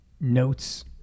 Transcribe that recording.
notes